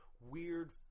weird